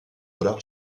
dollars